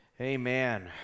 amen